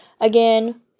again